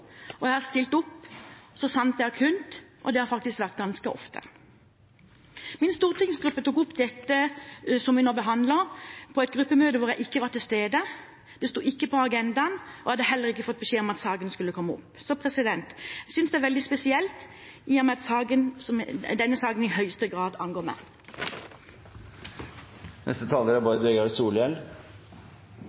varamedlem. Jeg har ikke misligholdt mine oppgaver, og jeg har stilt opp så sant jeg har kunnet, og det har vært ganske ofte. Min stortingsgruppe tok opp det som vi nå behandler, på et gruppemøte hvor jeg ikke var til stede. Det sto ikke på agendaen, og jeg hadde heller ikke fått beskjed om at saken skulle komme opp. Jeg synes det er veldig spesielt, i og med at denne saken i høyeste grad angår meg. Det er